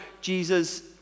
Jesus